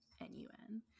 n-u-n